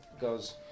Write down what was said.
goes